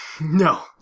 No